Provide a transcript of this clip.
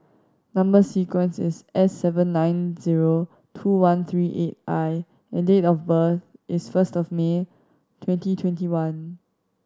number sequence is S seven nine zero two one three eight I and date of birth is first of May twenty twenty one